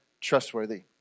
trustworthy